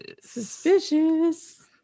suspicious